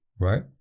right